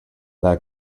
that